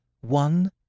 one